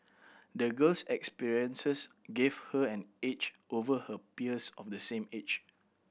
the girl's experiences gave her an edge over her peers of the same age